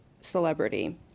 celebrity